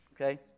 Okay